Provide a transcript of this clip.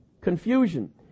confusion